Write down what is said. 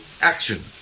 action